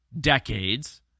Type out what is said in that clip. decades